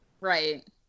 Right